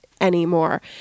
anymore